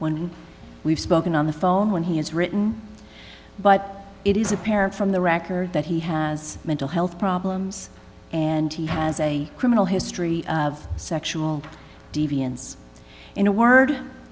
when we've spoken on the phone when he has written but it is apparent from the record that he has mental health problems and he has a criminal history of sexual deviance in a word